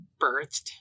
birthed